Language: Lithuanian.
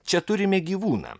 čia turime gyvūną